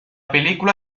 película